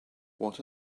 what